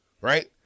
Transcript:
right